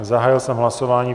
Zahájil jsem hlasování.